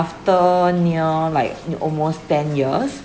after near like almost ten years